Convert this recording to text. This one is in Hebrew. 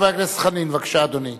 חבר הכנסת חנין, בבקשה, אדוני.